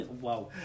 wow